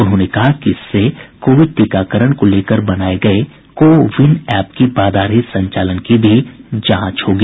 उन्होंने कहा कि इससे कोविड टीकाकरण को लेकर बनाये गये को विन ऐप की बाधा रहित संचालन की भी जांच होगी